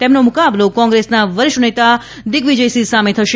તેમનો મુકાબલો કોંગ્રેસના વરિષ્ઠ નેતા દિગ્વિજયસિંહ સામે થશે